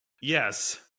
Yes